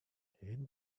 энэ